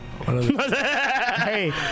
Hey